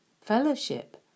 Fellowship